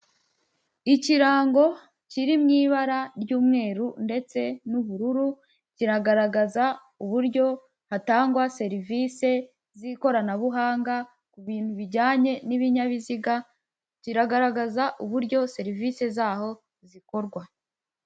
Ikirango kiri mu ibara ry'umweru ndetse n'ubururu kiragaragaza uburyo hatangwa serivise z'ikoranabuhanga ku bintu bijyanye n'ibinyabiziga, ziragaragaza uburyo serivise z'aho zikorwa.